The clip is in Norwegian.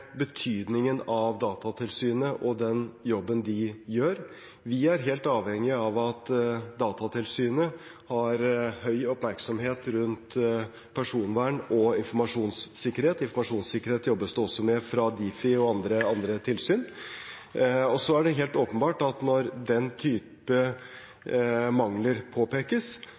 betydningen av den jobben Datatilsynet gjør. Vi er helt avhengig av at Datatilsynet har høy oppmerksomhet rundt personvern og informasjonssikkerhet. Informasjonssikkerhet jobbes det også med fra Difi og andre tilsyn. Så er det helt åpenbart at når den type mangler påpekes,